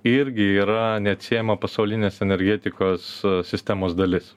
irgi yra neatsiejama pasaulinės energetikos sistemos dalis